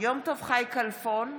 יום טוב חי כלפון,